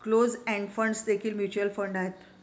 closed end funds देखील mutual fund आहेत